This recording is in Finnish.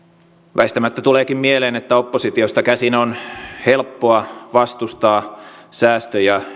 väistämättä tuleekin mieleen että oppositiosta käsin on helppoa vastustaa säästöjä